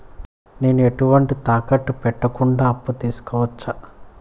నేను ఎటువంటి తాకట్టు పెట్టకుండా అప్పు తీసుకోవచ్చా?